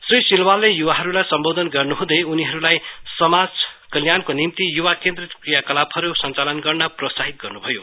श्री सिलवालले युवाहरुलाई सम्बोधन गर्नुहुँदै उनीहरुलाई समाज कल्याणको निम्ति युवा केन्द्रित क्रियाकलापहरु संचालन गर्ने प्रोत्साहित गर्नुभयो